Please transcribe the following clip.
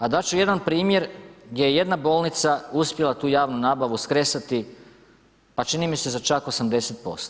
A dati ću jedan primjer gdje jedna bolnica uspjela tu javnu nabavu skresati pa čini mi se za čak 80%